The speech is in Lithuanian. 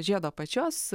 žiedo apačios